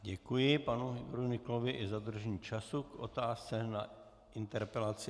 Děkuji panu Igoru Nyklovi i za dodržení času k otázce na interpelaci.